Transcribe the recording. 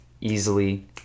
easily